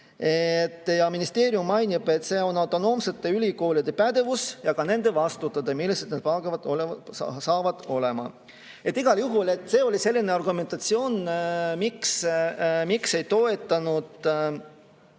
Ministeerium mainib, et see on autonoomsete ülikoolide pädevus ja ka nende vastutada, millised need palgad hakkavad olema. Igal juhul see oli selline argumentatsioon, miks ei toetanud